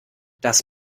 das